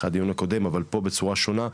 לאחד הדיונים הקודמים אבל פה בצורה שונה,